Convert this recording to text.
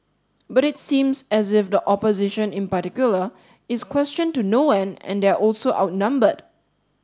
but it seems as if the opposition in particular is question to no end and they're also outnumbered